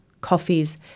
coffees